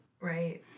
Right